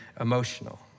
emotional